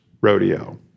rodeo